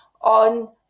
on